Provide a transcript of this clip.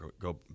go